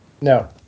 No